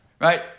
right